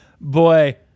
Boy